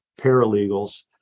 paralegals